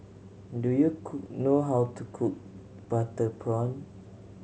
do you know how to cook butter prawn